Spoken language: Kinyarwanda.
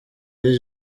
yari